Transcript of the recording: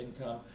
income